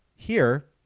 here